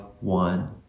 one